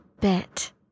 bit